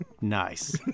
Nice